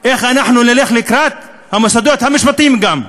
איך אנחנו נלך לקראת המוסדות המשפטיים, גם,